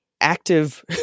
active